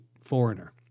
foreigner